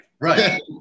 right